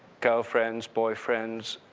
girlfriends, boyfriends,